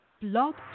Blog